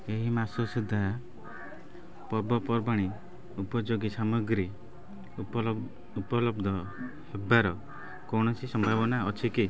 ଏହି ମାସ ସୁଦ୍ଧା ପର୍ବପର୍ବାଣି ଉପଯୋଗୀ ସାମଗ୍ରୀ ଉପଲବ୍ଧ ହେବାର କୌଣସି ସମ୍ଭାବନା ଅଛି କି